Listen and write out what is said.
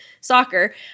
soccer